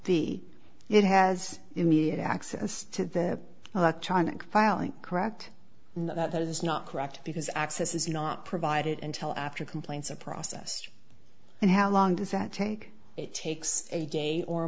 fee it has immediate access to the electronic filing correct that is not correct because access is not provided until after complaints are processed and how long does that take it takes a gay or